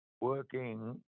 working